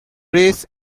rice